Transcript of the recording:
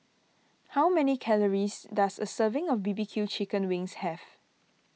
how many calories does a serving of B B Q Chicken Wings have